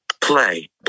play